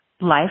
life